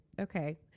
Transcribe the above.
okay